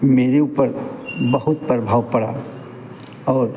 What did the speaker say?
मेरे ऊपर बहुत प्रभाव पड़ा और